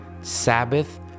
Sabbath